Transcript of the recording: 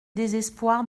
désespoir